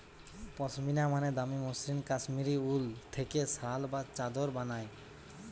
পশমিনা মানে দামি মসৃণ কাশ্মীরি উল থেকে শাল বা চাদর বানায়